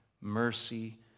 mercy